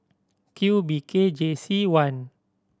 Q B K J C one